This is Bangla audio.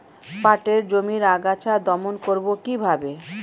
পাটের জমির আগাছা দমন করবো কিভাবে?